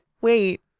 Wait